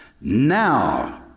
Now